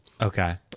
Okay